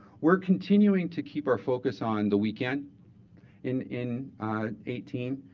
we're continuing to keep our focus on the weekend in in eighteen.